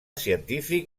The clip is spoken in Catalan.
científic